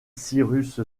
cyrus